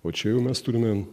o čia jau mes turime